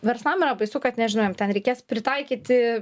verslam yra baisu kad nežinau jiem ten reikės pritaikyti